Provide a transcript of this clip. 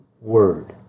word